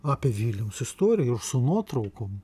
apie vilniaus istoriją ir su nuotraukom